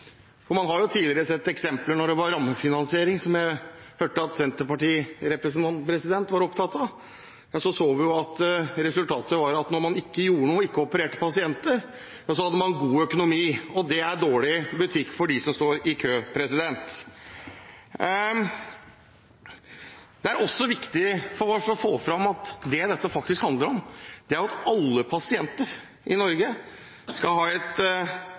operert. Man har tidligere sett eksempler på da det var rammefinansiering – som jeg hørte at senterpartirepresentanten var opptatt av – at resultatet var at når man ikke gjorde noe og ikke opererte pasienter, ja så hadde man god økonomi. Det er dårlig butikk for dem som står i kø. Det er også viktig for oss å få fram at det dette faktisk handler om, er at alle pasienter i Norge skal ha et